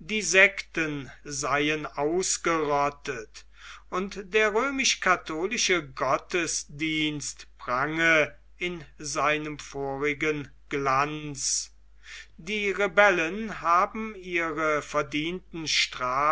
die sekten seien ausgerottet und der römisch katholische gottesdienst prange in seinem vorigen glanze die rebellen haben ihre verdienten